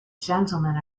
gentlemen